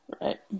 Right